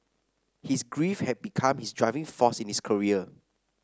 his grief had become his driving force in his career